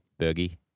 Bergie